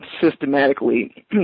systematically